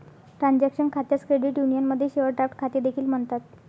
transaction खात्यास credit युनियनमध्ये share draft खाते देखील म्हणतात